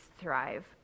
thrive